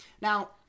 Now